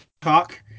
talk